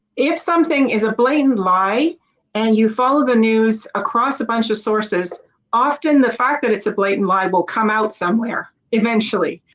if something is a blatant lie and you follow the news across a bunch of sources often the fact that it's a blatant lie will come out somewhere eventually